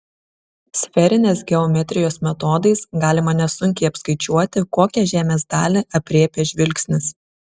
sferinės geometrijos metodais galima nesunkiai apskaičiuoti kokią žemės dalį aprėpia žvilgsnis